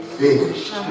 finished